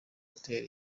hotel